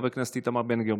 חבר הכנסת איתמר בן גביר.